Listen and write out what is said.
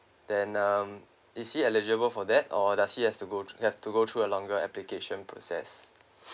then um is he eligible for that or does he has to go through have to go through a longer application process